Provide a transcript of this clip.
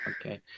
okay